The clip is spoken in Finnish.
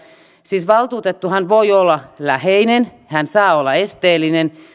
siis valtuutettuhan voi olla läheinen hän saa olla esteellinen